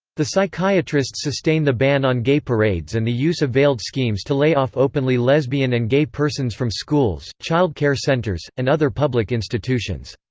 the psychiatrists sustain the ban on gay parades and the use of veiled schemes to lay off openly lesbian and gay persons from schools, child care centers, and other public institutions.